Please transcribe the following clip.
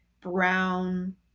brown